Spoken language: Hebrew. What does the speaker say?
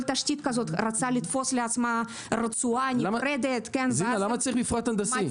כל תשתית כזו רצתה לתפוס לעצמה רצועה נפרדת- -- למה צריך מפרט הנדסי?